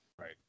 right